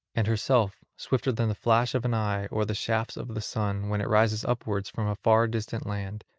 and herself, swifter than the flash of an eye or the shafts of the sun, when it rises upwards from a far-distant land,